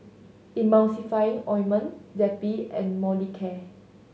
Emulsying Ointment Zappy and Molicare